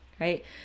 right